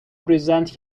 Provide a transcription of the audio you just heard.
present